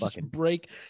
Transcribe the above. break